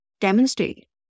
Demonstrate